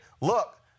look